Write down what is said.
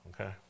okay